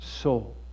soul